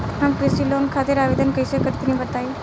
हम कृषि लोन खातिर आवेदन कइसे करि तनि बताई?